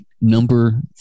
Number